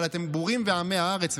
אבל אתם בורים ועמי הארץ.